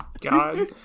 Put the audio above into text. God